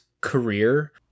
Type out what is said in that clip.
career